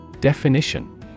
Definition